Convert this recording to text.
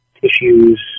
tissues